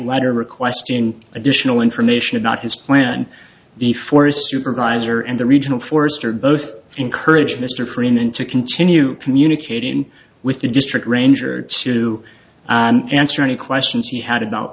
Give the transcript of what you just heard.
letter requesting additional information not his plan the forest supervisor and the regional forester both encouraged mr freeman to continue communicating with the district ranger to answer any questions he had about